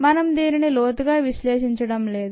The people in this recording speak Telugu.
మనం దీనిని లోతుగా విశ్లేషించడం లేదు